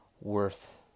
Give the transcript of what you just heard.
worth